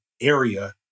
area